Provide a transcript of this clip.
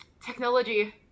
Technology